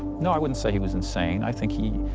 no, i wouldn't say he was insane. i think he